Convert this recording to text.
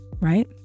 right